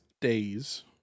days